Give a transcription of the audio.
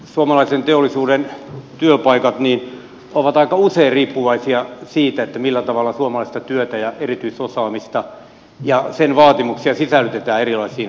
suomalaisen teollisuuden työpaikat ovat aika usein riippuvaisia siitä millä tavalla suomalaista työtä ja erityisosaamista ja sen vaatimuksia sisällytetään erilaisiin hankintoihin